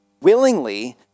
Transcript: Willingly